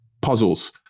puzzles